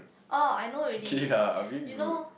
oh I know already you know